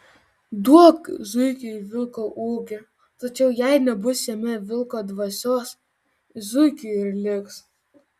duok zuikiui vilko ūgį tačiau jai nebus jame vilko dvasios zuikiu ir liks